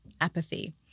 apathy